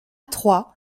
trois